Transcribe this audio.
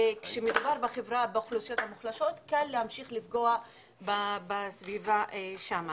כשמדובר באוכלוסיות המוחלשות קל להמשיך לפגוע בסביבה שם.